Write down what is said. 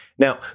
Now